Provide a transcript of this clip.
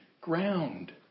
ground